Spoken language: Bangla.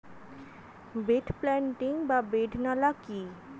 বেড প্লান্টিং বা বেড নালা কি?